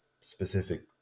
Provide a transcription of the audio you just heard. specific